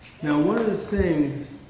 now one of the things